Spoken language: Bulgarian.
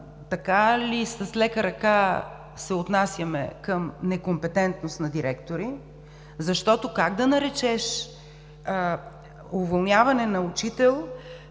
така ли с лека ръка се отнасяме към некомпетентност на директори, защото как да наречеш уволняване на учител